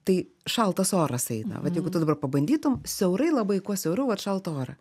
tai šaltas oras eina vat jeigu tu dabar pabandytum siaurai labai kuo siauriau vat šaltą orą